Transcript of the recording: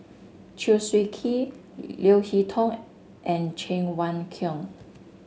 Chew Swee Kee Leo Hee Tong and Cheng Wai Keung